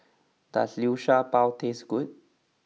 does Liu Sha Bao taste good